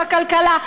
בכלכלה,